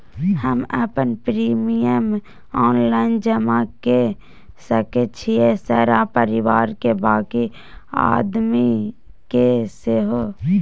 हम अपन premium online जमा के सके छियै सर आ परिवार के बाँकी आदमी के सेहो?